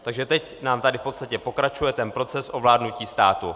Takže teď nám tady v podstatě pokračuje proces ovládnutí státu.